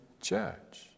church